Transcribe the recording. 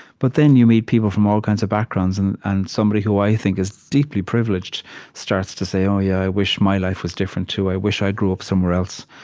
but then you meet people from all kinds of backgrounds, and and somebody who i think is deeply privileged starts to say, oh, yeah, i wish my life was different too. i wish i grew up somewhere else.